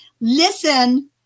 listen